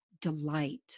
delight